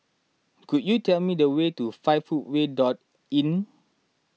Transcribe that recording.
could you tell me the way to five Footway dot Inn